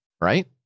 right